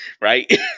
right